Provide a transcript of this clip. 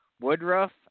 Woodruff